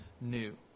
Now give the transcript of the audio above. new